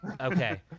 Okay